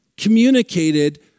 Communicated